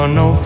no